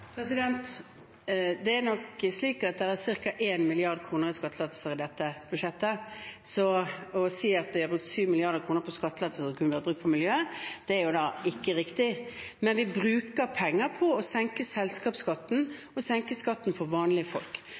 Det er ca. 1 mrd. kr i skattelettelser i dette budsjettet, så å si at vi har brukt 7 mrd. kr til skattelettelser som kunne vært brukt på miljø, er ikke riktig. Men vi bruker penger på å senke selskapsskatten og skatten for vanlige folk.